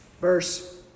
Verse